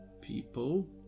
people